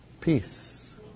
peace